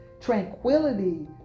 tranquility